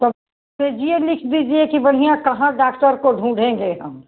तब जी यह लिख दीजिए कि बढ़िया कहाँ डाक्टर को ढूढेंगे हम